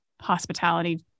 hospitality